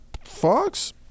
Fox